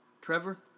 Trevor